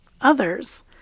others